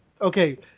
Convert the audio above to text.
okay